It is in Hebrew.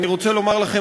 אני מבקש בקשה אחת,